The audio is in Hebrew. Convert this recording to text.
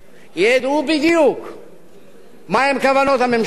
ידעו בדיוק מהן כוונות הממשלה.